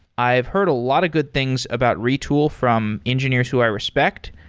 i've heard a lot of good things about retool from engineers who i respect.